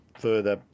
further